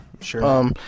sure